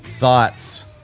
Thoughts